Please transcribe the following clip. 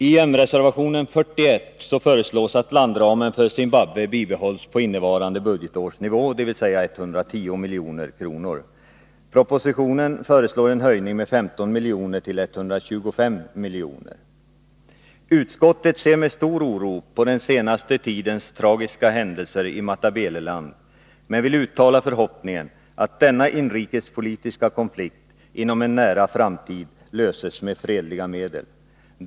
I moderatreservationen nr 41 föreslås att landramen för Zimbabwe bibehålls på nuvarande budgetårs nivå, dvs. 110 milj.kr. Propositionen föreslår en höjning med 15 miljoner till 125 milj.kr. Utskottet ser med stor oro på den senaste tidens tragiska händelser i Matabeleland, men vill uttala förhoppningen att denna inrikespolitiska konflikt inom en nära framtid löses med fredliga medel.